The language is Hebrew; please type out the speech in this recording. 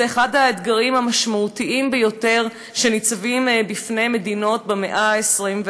זה אחד האתגרים המשמעותיים ביותר שניצבים בפני מדינות במאה ה-21.